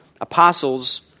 apostles